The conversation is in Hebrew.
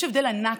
יש הבדל ענק,